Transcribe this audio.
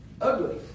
ugly